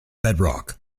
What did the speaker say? bedrock